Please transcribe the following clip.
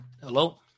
Hello